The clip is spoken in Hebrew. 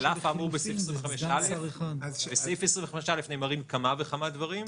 "על אף האמור בסעיף 25(א)" בסעיף 25(א) נאמרים כמה וכמה דברים.